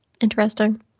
Interesting